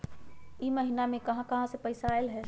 इह महिनमा मे कहा कहा से पैसा आईल ह?